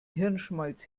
hirnschmalz